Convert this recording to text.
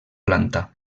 planta